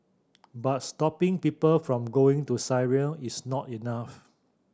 but stopping people from going to Syria is not enough